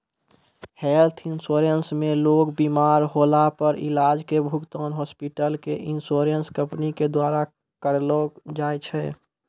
health insurance मे लोग बिमार होला पर इलाज के भुगतान हॉस्पिटल क इन्शुरन्स कम्पनी के द्वारा करलौ जाय छै